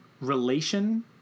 relation